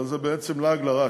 אבל זה בעצם לעג לרש,